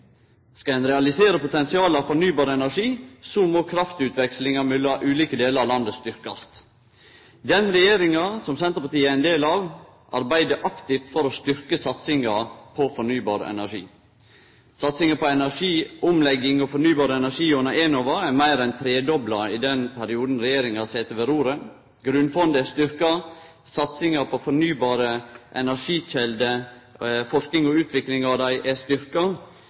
Skal ein realisere potensialet for fornybar energi, må kraftutvekslinga mellom ulike delar av landet styrkjast. Den regjeringa som Senterpartiet er ein del av, arbeider aktivt for å styrkje satsinga på fornybar energi. Satsinga på energiomlegging og fornybar energi gjennom Enova er meir enn tredobla i den perioden regjeringa har sete ved roret. Grunnfondet er styrkt. Satsinga på fornybare energikjelder, forskinga på og utviklinga av dei er